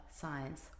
science